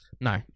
No